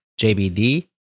JBD